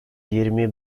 yirmi